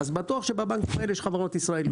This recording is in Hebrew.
אז בטוח שבבנקים האלה יש חברות ישראליות.